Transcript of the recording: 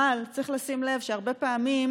אבל צריך לשים לב שהרבה פעמים,